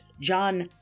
John